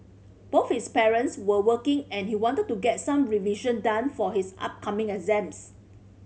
both his parents were working and he wanted to get some revision done for his upcoming exams